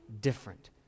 different